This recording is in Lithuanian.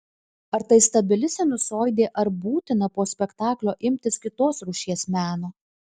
ar tai stabili sinusoidė ar būtina po spektaklio imtis kitos rūšies meno